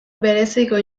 bereziko